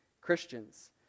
Christians